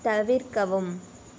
தவிர்க்கவும்